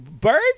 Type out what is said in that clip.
Birds